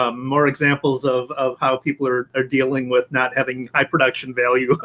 ah more examples of of how people are are dealing with not having high production value